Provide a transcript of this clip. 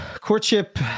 courtship